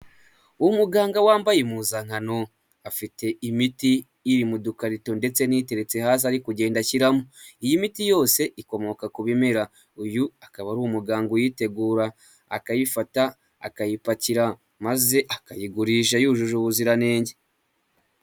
Umuganga wambaye impuzankano, afite imiti iri mu dukarito ndetse n'iteretse hasi ari kugenda ashyiramo, iyi miti yose ikomoka ku bimera, uyu akaba ari umuganga uyitegura, akayifata, akayipakira maze akayigurisha yujuje ubuziranenge.